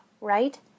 right